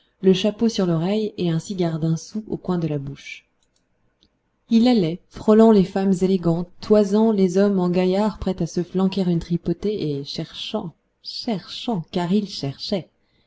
le chapeau sur l'oreille et un cigare d'un sou au coin de la bouche il allait frôlant les femmes élégantes toisant les hommes en gaillard prêt à se flanquer une tripotée et cherchant cherchant car il cherchait